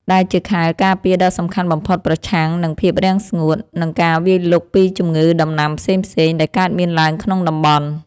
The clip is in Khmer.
ដែលជាខែលការពារដ៏សំខាន់បំផុតប្រឆាំងនឹងភាពរាំងស្ងួត និងការវាយលុកពីជំងឺដំណាំផ្សេងៗដែលកើតមានឡើងក្នុងតំបន់។